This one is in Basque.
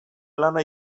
lana